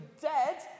dead